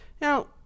Now